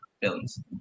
villains